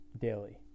daily